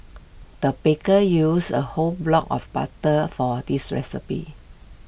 the baker used A whole block of butter for this recipe